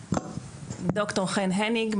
ד"ר חן הניג,